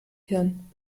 hirn